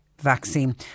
vaccine